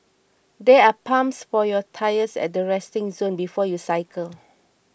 there are pumps for your tyres at the resting zone before you cycle